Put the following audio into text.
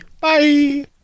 Bye